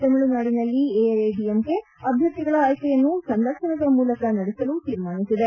ತಮಿಳುನಾಡಿನಲ್ಲಿ ಎಐಎಡಿಎಂಕೆ ಅಭ್ಯರ್ಥಿಗಳ ಆಯ್ಲೆಯನ್ನು ಸಂದರ್ಶನದ ಮೂಲಕ ನಡೆಸಲು ತೀರ್ಮಾನಿಸಿದೆ